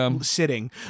sitting